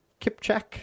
Kipchak